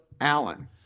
allen